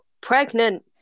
pregnant